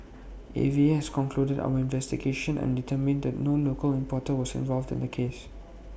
A V A has concluded our investigations and determined that no local importer was involved in the case